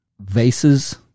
Vases